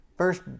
First